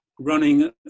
running